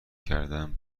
کردن